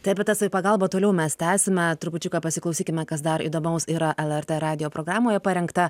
tai apie tą savipagalbą toliau mes tęsime trupučiuką pasiklausykime kas dar įdomaus yra lrt radijo programoje parengta